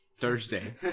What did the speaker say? thursday